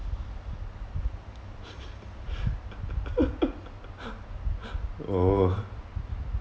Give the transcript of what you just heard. oh